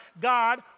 God